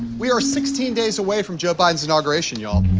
we're sixteen days away from joe biden's inauguration, y'all.